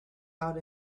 out